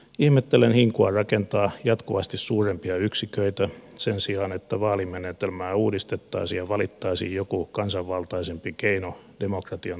ihmettelen hinkua rakentaa jatkuvasti suurempia yksiköitä sen sijaan että vaalimenetelmää uudistettaisiin ja valittaisiin joku kansanvaltaisempi keino demokratian toteutumiseksi